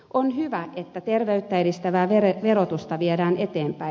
on hyvä että terveyttä edistävää verotusta viedään eteenpäin